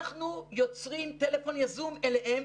אנחנו יוצרים טלפון יזום אליהם.